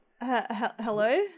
Hello